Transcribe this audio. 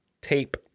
tape